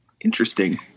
Interesting